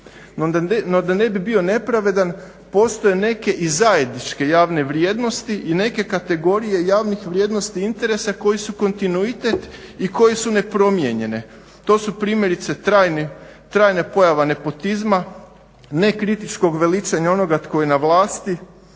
No da ne bi bio nepravedan postoje neke i zajedničke vrijednosti i neke kategorije javnih vrijednosti i interesa koji su kontinuitet i koji su nepromijenjene. To su primjerice trajna pojava nepotizma, nekritičkog veličanja onoga tko je na vlasti,